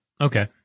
Okay